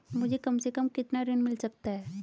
मुझे कम से कम कितना ऋण मिल सकता है?